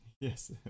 yes